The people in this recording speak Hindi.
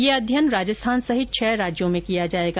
यह अध्ययन राजस्थान सहित छह राज्यों में किया जाएगा